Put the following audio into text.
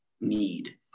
need